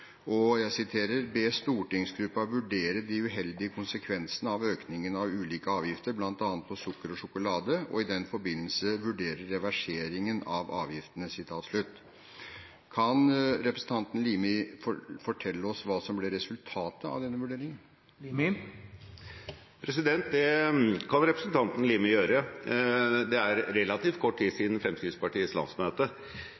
be «stortingsgruppen vurdere uheldige konsekvenser av økning av ulike avgifter, blant annet på sukker og sjokolade, og i den forbindelse vurdere reversering av avgiftene». Kan representanten Limi fortelle oss hva som ble resultatet av denne vurderingen? Det kan representanten Limi gjøre. Det er relativt kort tid